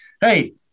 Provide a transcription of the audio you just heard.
hey